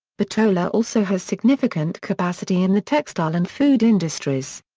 bitola also has significant capacity in the textile and food industries.